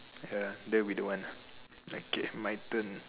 ya that would be the one lah okay my turn